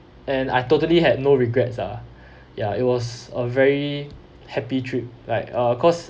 and I totally had no regrets ah ya it was a very happy trip like uh cause